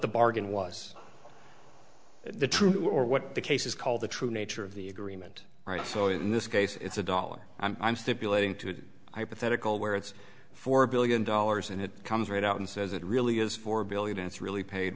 the bargain was the true or what the case is called the true nature of the agreement right so in this case it's a dollar i'm stipulating to my pathetic goal where it's four billion dollars and it comes right out and says it really is four billion it's really paid